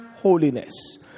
holiness